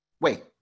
Wait